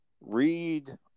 read